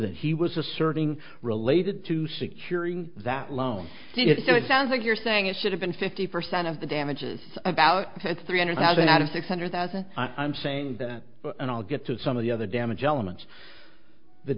that he was asserting related to securing that loan so it sounds like you're saying it should have been fifty percent of the damages about three hundred thousand out of six hundred thousand i'm saying that and i'll get to some of the other damage elements the